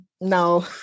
no